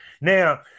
Now